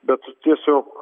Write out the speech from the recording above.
bet tiesiog